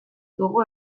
dugu